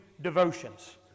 devotions